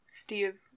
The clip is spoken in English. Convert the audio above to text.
Steve